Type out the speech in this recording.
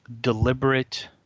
deliberate